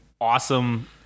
awesome